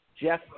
Jeff